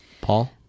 Paul